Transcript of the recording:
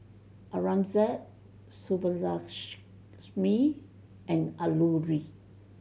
Aurangzeb Subbulakshmi and Alluri